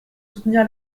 soutenir